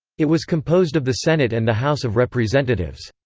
it was composed of the senate and the house of representatives.